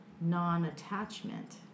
non-attachment